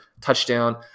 touchdown